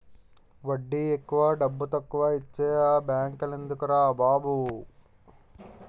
వడ్డీ ఎక్కువ డబ్బుతక్కువా ఇచ్చే ఆ బేంకెందుకురా బాబు